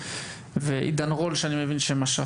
אני מבין שמשך בסוף ולא הגיע.